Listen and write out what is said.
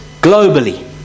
globally